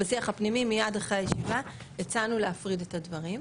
בשיח הפנימי מייד אחרי הישיבה הצענו להפריד את הדברים.